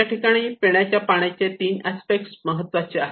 या ठिकाणी पिण्याच्या पाण्याचे तीन अस्पेक्ट महत्त्वाचे आहेत